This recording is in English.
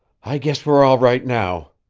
i guess we're all right now,